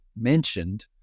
mentioned